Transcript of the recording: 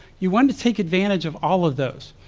you want to take advantage of all of those.